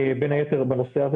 בין היתר בנושא הזה.